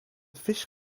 fish